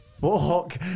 fuck